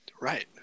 right